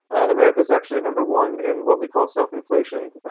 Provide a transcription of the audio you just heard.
america is actually number one in what we call self-inflation.